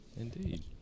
Indeed